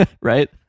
right